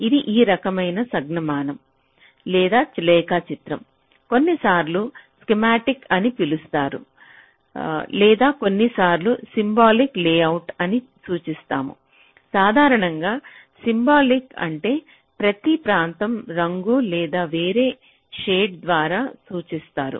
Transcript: ఇది ఈ రకమైన సంజ్ఞామానం లేదా రేఖాచిత్రం కొన్నిసార్లు స్కీమాటిక్ అని పిలుస్తారు లేదా కొన్నిసార్లు సింబాలిక్ లేఅవుట్ అని సూచిస్తాము సాధారణంగా సింబాలిక్ అంటే ప్రతి ప్రాంతం రంగు లేదా వేరే షెడ్ ద్వారా సూచిస్తారు